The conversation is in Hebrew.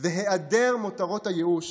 והיעדר מותרות הייאוש,